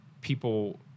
people